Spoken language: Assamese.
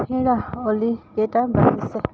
হেৰা অ'লি কেইটা বাজিছে